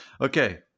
Okay